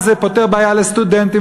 זה פותר בעיה לסטודנטים,